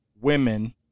women